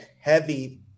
heavy